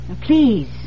please